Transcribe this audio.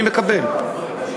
אני מקבל.